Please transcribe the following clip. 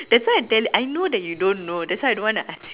that's why I tell I know that you don't know that's why I don't want to ask